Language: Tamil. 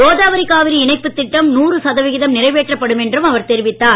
கோதாவரி காவிரி இணைப்புத் திட்டம் நூறு சதவிகிதம் நிறைவேற்றப்படும் என்றும் அவர் தெரிவித்தார்